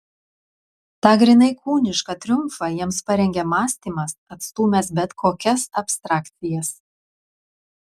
tą grynai kūnišką triumfą jiems parengė mąstymas atstūmęs bet kokias abstrakcijas